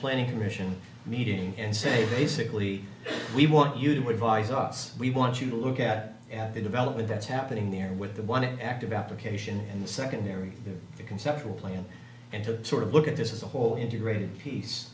commission meeting and say basically we want you to advise us we want you to look at the development that's happening there with the one in active application in the secondary conceptual plan and to sort of look at this as a whole integrated piece